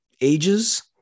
ages